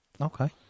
Okay